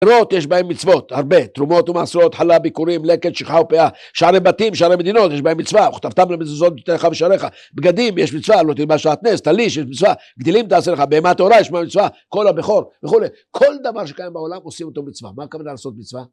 יש בהם מצוות, הרבה, תרומות ומעשרות, חלה, ביכורים, לקט, שכחה ופאה, שערי בתים, שערי מדינות, יש בהם מצווה: וכתבתם למזוזות, תתן לך בשעריך, בגדים יש מצווה, לא תלבש שעטנז, טלית יש מצווה, גדילים תעשה לך, בהמה טהורה יש בה מצווה, כל הבכור וכו', כל דבר שקיים בעולם עושים אותו מצווה, מה הכוונה לעשות מצווה?